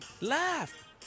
Laugh